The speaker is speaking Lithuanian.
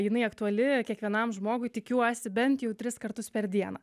jinai aktuali kiekvienam žmogui tikiuosi bent jau tris kartus per dieną